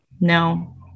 No